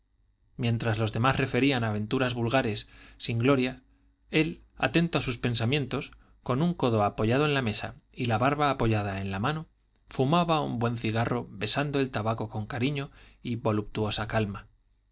mientras los demás referían aventuras vulgares sin gloria él atento a sus pensamientos con un codo apoyado en la mesa y la barba apoyada en la mano fumaba un buen cigarro besando el tabaco con cariño y voluptuosa calma